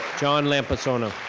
john lampasona.